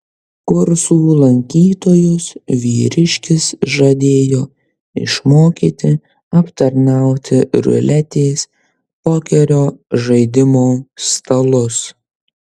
kursų lankytojus vyriškis žadėjo išmokyti aptarnauti ruletės pokerio žaidimo stalus